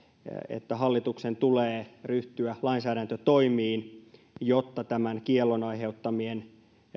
että hallituksen tulee ryhtyä lainsäädäntötoimiin jotta tämän kiellon aiheuttamien